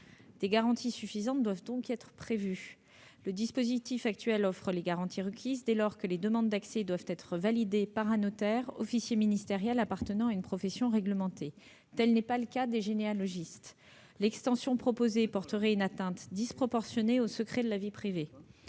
Des garanties suffisantes doivent donc être prévues. Le dispositif actuel offre les garanties requises, dès lors que les demandes d'accès sont validées par un notaire, officier ministériel appartenant à une profession réglementée. Tel n'est pas le cas des généalogistes. L'extension proposée porterait une atteinte disproportionnée au secret de la vie privée.